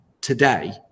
today